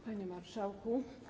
Panie Marszałku!